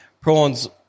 Prawns